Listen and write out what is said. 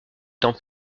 étant